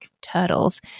turtles